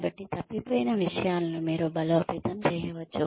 కాబట్టి తప్పిపోయిన విషయాలను మీరు బలోపేతం చేయవచ్చు